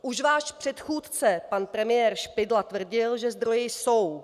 Už váš předchůdce pan premiér Špidla tvrdil, že zdroje jsou.